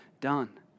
done